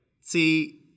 see